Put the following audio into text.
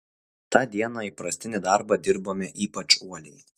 tą dieną įprastinį darbą dirbome ypač uoliai